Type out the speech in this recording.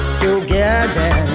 together